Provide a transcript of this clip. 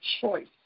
choice